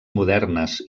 modernes